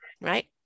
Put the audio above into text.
right